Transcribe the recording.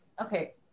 Okay